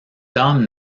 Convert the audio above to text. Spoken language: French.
tom